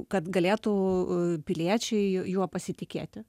kad galėtų piliečiai juo pasitikėti